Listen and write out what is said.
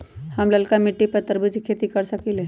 हम लालका मिट्टी पर तरबूज के खेती कर सकीले?